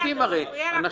הרי אנחנו יודעים,